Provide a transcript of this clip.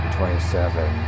Twenty-seven